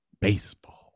baseball